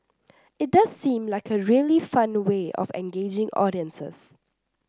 it does seem like a really fun way of engaging audiences